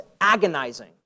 agonizing